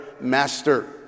master